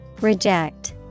Reject